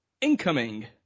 incoming